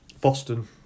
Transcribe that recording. Boston